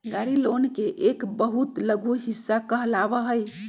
गाड़ी लोन के एक बहुत लघु हिस्सा कहलावा हई